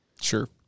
Sure